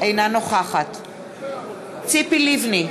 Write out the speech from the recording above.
אינה נוכחת ציפי לבני,